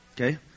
Okay